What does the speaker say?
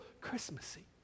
Christmassy